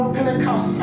Pentecost